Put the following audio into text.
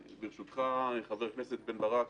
וברשותך, חבר הכנסת בן ברק,